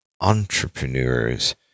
entrepreneurs